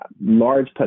large